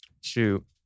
Shoot